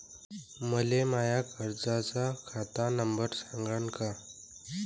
मले माया कर्जाचा खात नंबर सांगान का?